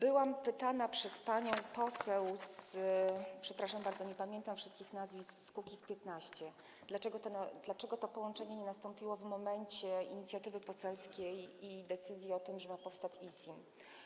Byłam pytana przez panią poseł - przepraszam bardzo, nie pamiętam wszystkich nazwisk - z Kukiz’15, dlaczego to połączenie nie nastąpiło w momencie inicjatywy poselskiej i decyzji o tym, że ma powstać ISiM.